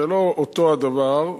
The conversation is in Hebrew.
זה לא אותו הדבר,